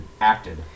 acted